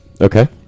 Okay